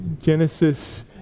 Genesis